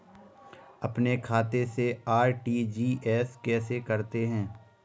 अपने खाते से आर.टी.जी.एस कैसे करते हैं?